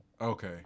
Okay